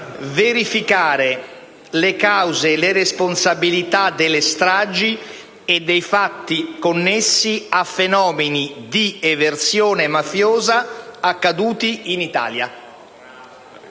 verificare le cause e le responsabilità delle stragi e dei fatti connessi a fenomeni di eversione mafiosa accaduti in Italia».